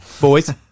boys